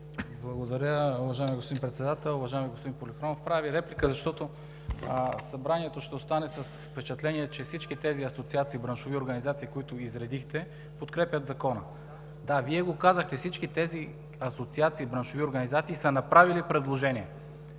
Благодаря, уважаеми господин Председател. Уважаеми господин Полихронов, правя реплика, защото Събранието ще остане с впечатление, че всички тези асоциации и браншови организации, които ги изредихте, подкрепят Закона. (Реплики.) Да, Вие го казахте. Всички тези асоциации и браншови организации са направили предложения